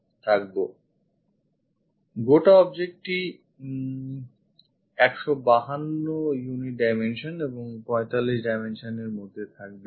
কাজেই গোটা object টি 152 dimension এবং 45 dimension এর মধ্যে থাকবে